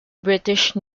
british